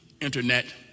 internet